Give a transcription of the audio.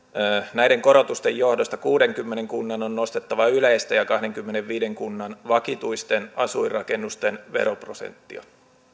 näiden korotusten johdosta kuudenkymmenen kunnan on nostettava yleistä ja kahdenkymmenenviiden kunnan vakituisten asuinrakennusten veroprosenttia